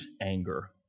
anger